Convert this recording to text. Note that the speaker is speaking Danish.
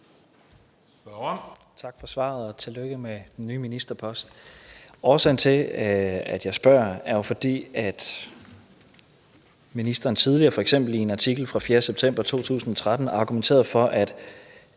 Tak for svaret, og tillykke med den nye ministerpost. Årsagen til, at jeg spørger, er jo, at ministeren tidligere, f.eks. i en artikel fra den 4. september 2013, har argumenteret for, at